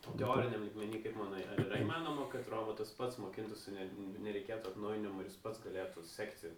teoriniam lygmeny kaip manai ar yra įmanoma kad robotas pats mokintųsi ne nereikėtų atnaujinimų ir jis pats galėtų sekti